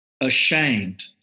ashamed